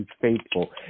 faithful